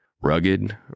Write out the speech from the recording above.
Rugged